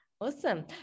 Awesome